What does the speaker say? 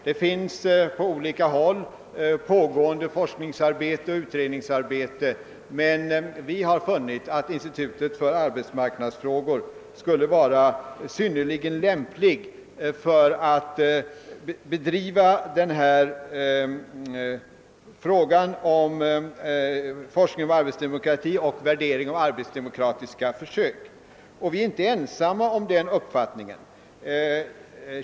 Det pågår på olika håll forskningsoch utredningsarbete, men vi har funnit att institutet för arbetsmarknadsfrågor skulle vara synnerligen lämpligt för bedrivande av forskning om arbetsdemokrati och värdering av arbetsdemokratiska försök. Vi är inte ensamma om den uppfattningen.